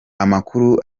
amakuru